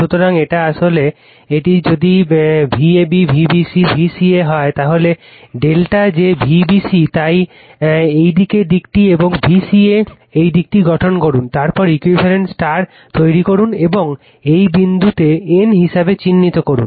সুতরাং এটি আসলে এটি যদি এটি Vab Vbc Vca হয় তাহলে Δ যে Vbc তাই এই দিকটি এবং Vca এই দিকটি গঠন করুন তারপর ইকুইভ্যালেন্ট স্টার তৈরি করুন এবং এই বিন্দুটিকে n হিসাবে চিহ্নিত করুন